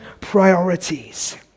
priorities